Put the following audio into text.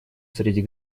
среди